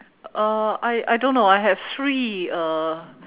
uh I I don't know I have three uh